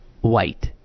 white